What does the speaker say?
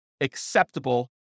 acceptable